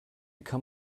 kann